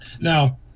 Now